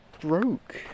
broke